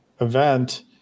event